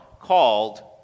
called